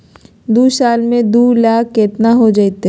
दू साल में दू लाख केतना हो जयते?